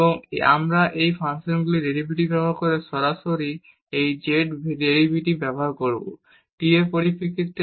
এবং আমরা এই ফাংশনগুলির ডেরিভেটিভ ব্যবহার করে সরাসরি এই z এর ডেরিভেটিভ ব্যবহার করব t এর পরিপ্রেক্ষিতে